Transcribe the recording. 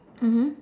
mmhmm